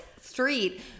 street